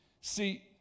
See